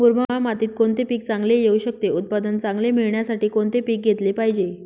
मुरमाड मातीत कोणते पीक चांगले येऊ शकते? उत्पादन चांगले मिळण्यासाठी कोणते पीक घेतले पाहिजे?